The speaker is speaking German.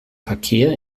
verkehr